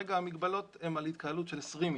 וכרגע המגבלות הן על התקהלות של 20 איש.